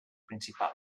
principal